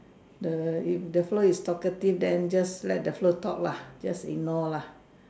the if the fella is talkative then just let the fella talk lah just ignore lah